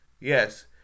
Yes